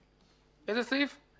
הסעיף.